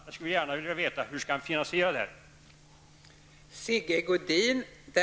Jag skulle gärna vilja veta hur han har tänkt sig finansieringen av detta.